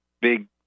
big